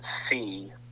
see